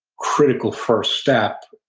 critical first step,